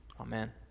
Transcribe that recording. Amen